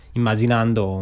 immaginando